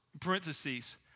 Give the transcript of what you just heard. parentheses